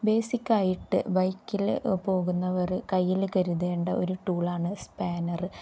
ബേസിക്കായിട്ട് ബൈക്കിൽ പോകുന്നവർ കയ്യിൽ കരുതേണ്ട ഒരു ടൂളാണ് സ്പാനറ്